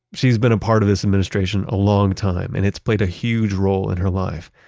she's been a part of this administration a long time and it's played a huge role in her life.